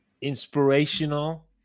inspirational